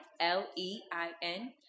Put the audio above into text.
L-E-I-N